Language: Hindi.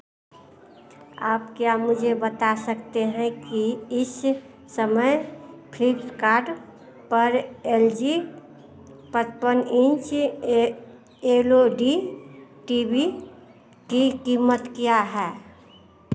आप क्या मुझे बता सकते हैं की इस समय फ्लीपकार्ट पर एल जी पचपन inch A LED T V की कीमत क्या है